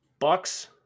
Bucks